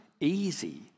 easy